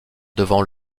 devant